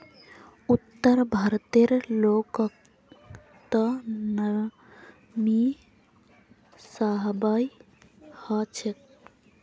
उत्तर भारतेर लोगक त नमी सहबइ ह छेक